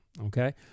okay